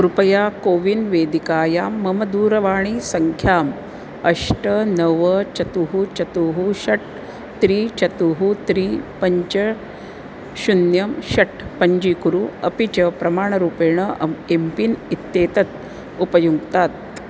कृपया कोविन् वेदिकायां मम दूरवाणीसङ्ख्याम् अष्ट नव चतुः चतुः षट् त्रीणि चतुः त्रीणि पञ्च शून्यं षट् पञ्जीकुरु अपि च प्रमाणरूपेण अम् एम् पिन् इत्येतत् उपयुङ्क्तात्